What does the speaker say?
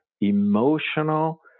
emotional